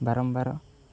ବାରମ୍ବାର